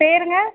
பேருங்க